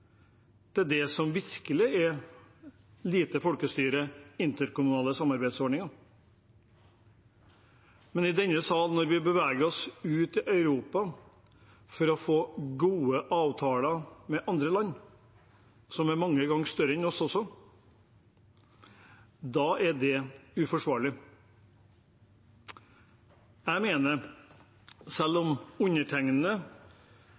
det gjaldt noe som virkelig har lite med folkestyre å gjøre, nemlig interkommunale samarbeidsordninger. Men når vi i denne salen beveger oss ut i Europa for å få gode avtaler med andre land, som er mange ganger større enn oss også, er det uforsvarlig. Selv